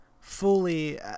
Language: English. fully